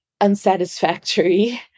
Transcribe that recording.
unsatisfactory